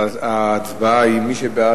ההצבעה היא: מי שבעד,